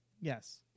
Yes